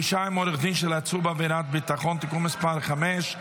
(פגישה עם עורך דין של עצור בעבירת ביטחון) (תיקון מס' 5),